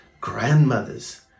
grandmothers